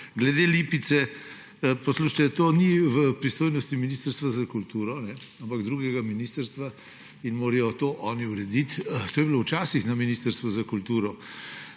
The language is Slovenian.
Glede Lipice, poslušajte to ni v pristojnosti Ministrstva za kulturo, ampak drugega ministrstva in morajo to oni urediti. To je bilo včasih na Ministrstvu za kulturo.